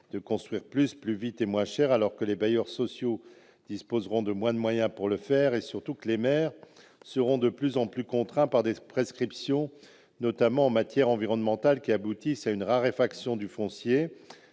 de construire plus, plus vite et moins cher ; dans le même temps, les bailleurs sociaux disposeront de moins de moyens pour le faire. Surtout, les maires seront de plus en plus contraints par des prescriptions, notamment en matière environnementale, qui aboutissent à une raréfaction du foncier